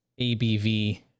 ABV